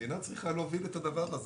והמדינה צריכה להוביל את הדבר הזה.